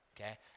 okay